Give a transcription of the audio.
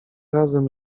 razem